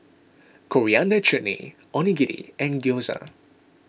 Coriander Chutney Onigiri and Gyoza